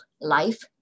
life